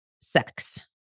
sex